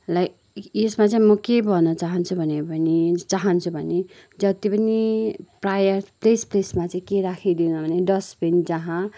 like इ यसमा चाहिँ म के भन्न चहान्छु भन्यो भने चहान्छु भने जति पनि प्रायः प्लेस प्लेसमा चाहिँ के राखिदिनु भने डस्टबिन जहाँ